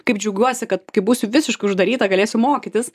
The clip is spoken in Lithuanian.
kaip džiaugiuosi kad kai būsiu visiškai uždaryta galėsiu mokytis